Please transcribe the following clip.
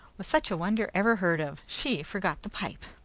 was such a wonder ever heard of? she! forgot the pipe!